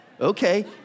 Okay